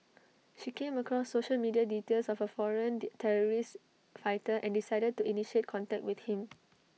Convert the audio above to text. she came across social media details of A foreign terrorist fighter and decided to initiate contact with him